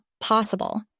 possible